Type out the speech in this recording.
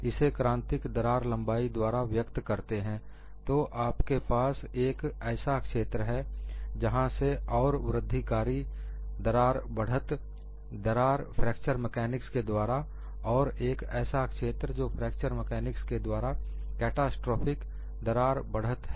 इसे क्रांतिक दरार लंबाई द्वारा व्यक्त करते हैं तो आपके पास एक ऐसा क्षेत्र है जहां से और वृद्धिकारी दरार बढ़त दरार फ्रैक्चर मेकानिक्स के द्वारा और एक ऐसा क्षेत्र जो फ्रैक्चर मेकानिक्स के द्वारा कैटास्ट्रोफिक दरार बढ़त है